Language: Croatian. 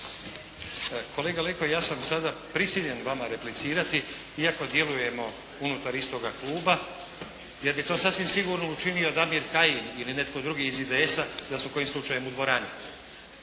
Kolega Leko ja sam sada prisiljen vama replicirati iako djelujemo unutar istoga kluba, jer bi to sasvim sigurno učinio Damir Kajin ili netko drugi iz IDS-a da su kojim slučajem u dvorani.